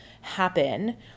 happen